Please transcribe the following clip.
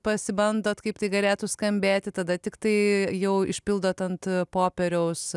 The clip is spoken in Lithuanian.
pasibandot kaip tai galėtų skambėti tada tiktai jau išpildot ant popieriaus